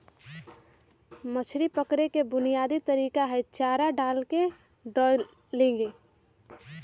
मछरी पकड़े के बुनयादी तरीका हई चारा डालके ट्रॉलिंग